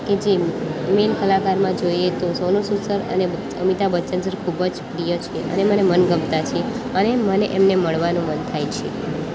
કે જેમ મેન કલાકારમાં જોઈએ તો સોનુ સૂદ સર અને અમિતાભ બચ્ચન સર ખૂબ જ પ્રિય છે અને મને મનગમતા છે અને મને એમને મળવાનું મન થાય છે